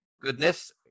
goodness